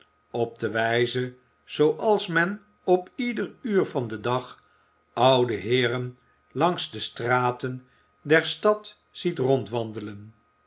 op de wijze zooals men op ieder uur van den dag oude heeren langs de straten der stad ziet rondwandelen